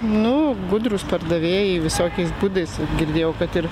nu gudrūs pardavėjai visokiais būdais girdėjau kad ir